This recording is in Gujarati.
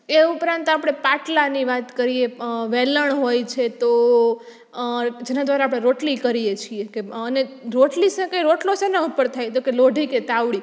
એ ઉપરાંત આપણે પાટલાની વાત કરીએ વેલણ હોય છે તો જેના દ્વારા આપણે રોટલી કરીએ છીએ અને રોટલી શેકે રોટલો શેના ઉપર થાય તોકે લોઢી કે તાવડી